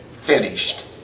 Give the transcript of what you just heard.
finished